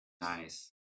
Nice